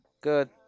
good